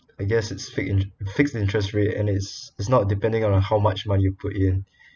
I guess it's fi~ fixed interest rate and is it's not depending on how much money you put in